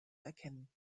erkennen